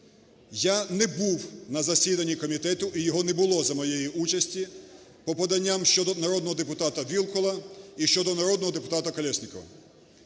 Я не був на засіданні комітету, і його не було за моєї участі по поданням щодо народного депутата Вілкула і щодо народного депутата Колєснікова.